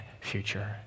future